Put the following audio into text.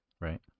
right